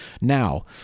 Now